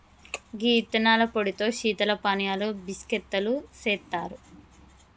గీ యిత్తనాల పొడితో శీతల పానీయాలు బిస్కత్తులు సెత్తారు